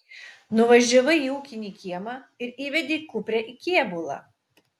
nuvažiavai į ūkinį kiemą ir įvedei kuprę į kėbulą